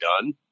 done